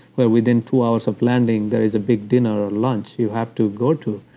where within two hours of landing there is a big dinner or lunch you have to go to.